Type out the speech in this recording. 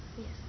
Yes